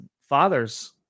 fathers